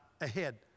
ahead